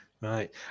Right